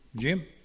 Jim